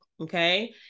okay